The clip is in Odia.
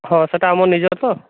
ହଁ ସେଟା ଆମ ନିଜର ତ